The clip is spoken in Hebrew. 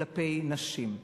כלפי נשים.